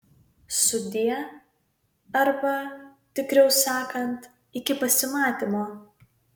sudie arba tikriau sakant iki pasimatymo